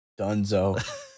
Dunzo